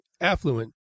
affluent